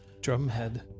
Drumhead